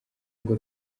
ngo